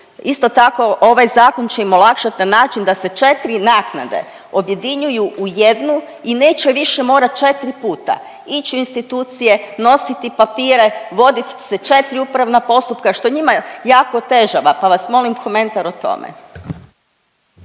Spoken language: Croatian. Isto tako ovaj zakon će im olakšat na način da se četri naknade objedinjuju u jednu i neće više morat četri puta ići u institucije, nositi papire, vodit se četri upravna postupka što je njima jako otežava pa vas molim komentar o tome.